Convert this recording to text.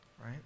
right